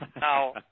Now